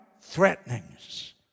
threatenings